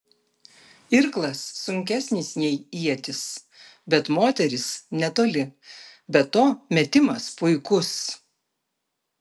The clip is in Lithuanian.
irklas sunkesnis nei ietis bet moteris netoli be to metimas puikus